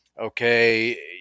okay